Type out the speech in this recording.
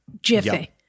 Jiffy